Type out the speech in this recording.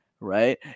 Right